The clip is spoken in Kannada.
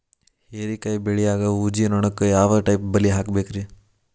ಹೇರಿಕಾಯಿ ಬೆಳಿಯಾಗ ಊಜಿ ನೋಣಕ್ಕ ಯಾವ ಟೈಪ್ ಬಲಿ ಹಾಕಬೇಕ್ರಿ?